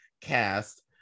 cast